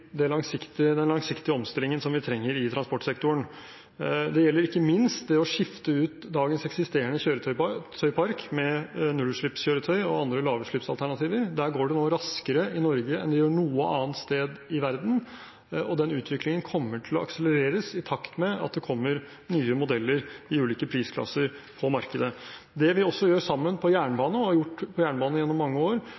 den langsiktige omstillingen vi trenger i transportsektoren. Det gjelder ikke minst det å skifte ut dagens eksisterende kjøretøypark med nullutslippskjøretøy og andre lavutslippsalternativer. Der går det nå raskere i Norge enn det gjør noe annet sted i verden, og den utviklingen kommer til å akselerere i takt med at det kommer nye modeller i ulike prisklasser på markedet. Det vi gjør sammen på